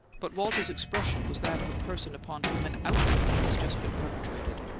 but walter's expression was that of a person upon whom an outrage has just been perpetrated.